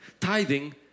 Tithing